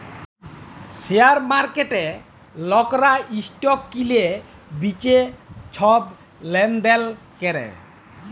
share মার্কেটে লকরা stock কিলে বিঁচে ছব লেলদেল ক্যরে